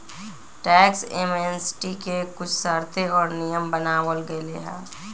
tax amnesty के कुछ शर्तें और नियम बनावल गयले है